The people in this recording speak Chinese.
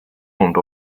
众多